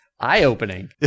eye-opening